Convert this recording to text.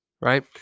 right